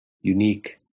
unique